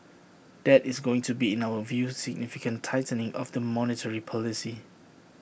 that is going to be in our view significant tightening of the monetary policy